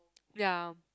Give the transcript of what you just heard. ya